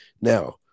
Now